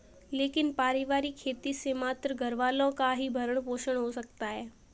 लेकिन पारिवारिक खेती से मात्र घरवालों का ही भरण पोषण हो सकता है